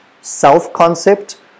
self-concept